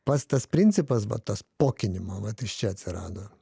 pats tas principas vat tas pokinimo vat iš čia atsirado